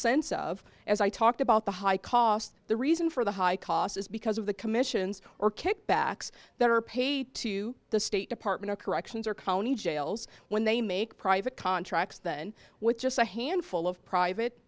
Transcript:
sense of as i talked about the high cost the reason for the high cost is because of the commissions or kickbacks there are paid to the state department of corrections or county jails when they make private contracts than with just a handful of private